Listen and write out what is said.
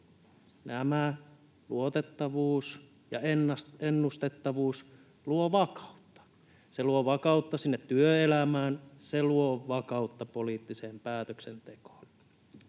Nämä luotettavuus ja ennustettavuus luovat vakautta. Se luo vakautta sinne työelämään, se luo vakautta poliittiseen päätöksentekoon.